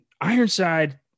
Ironside